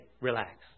relax